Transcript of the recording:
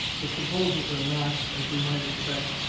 the proposals are not, as we might expect,